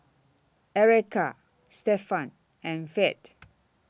Erika Stefan and Ferd